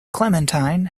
clementine